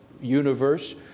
universe